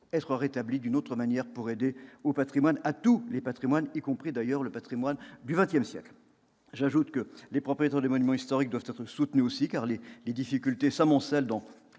être rétablis d'une autre manière, pour aider tous les patrimoines, y compris d'ailleurs celui du XX siècle. J'ajoute que les propriétaires des monuments historiques doivent être soutenus aussi, car les difficultés s'amoncellent pour